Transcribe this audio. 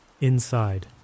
Inside